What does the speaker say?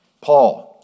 Paul